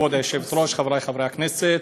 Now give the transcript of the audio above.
כבוד היושבת-ראש, חברי חברי הכנסת,